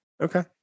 Okay